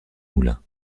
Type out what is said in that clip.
moulins